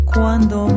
Cuando